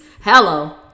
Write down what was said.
Hello